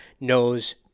knows